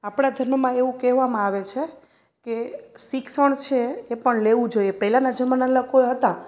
આપણા ધર્મમાં એવું કહેવામાં આવે છે કે શિક્ષણ છે એ પણ લેવું જોઈએ પહેલાંના જમાનાના કોઈ હતા